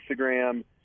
Instagram